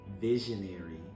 visionary